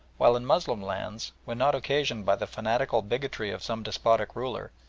while in moslem lands, when not occasioned by the fanatical bigotry of some despotic ruler,